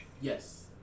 Yes